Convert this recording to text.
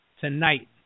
tonight